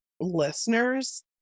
listeners